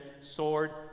sword